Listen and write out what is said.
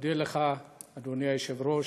מודה לך, אדוני היושב-ראש,